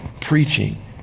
preaching